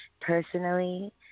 personally